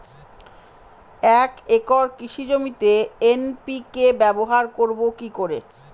এক একর কৃষি জমিতে এন.পি.কে ব্যবহার করব কি করে?